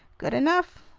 good enough!